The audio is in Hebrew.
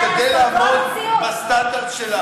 נשתדל לעמוד בסטנדרט שלך.